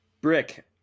Brick